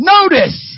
Notice